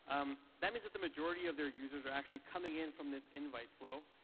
um that means that the majority of their users are actually coming in from this invite flow,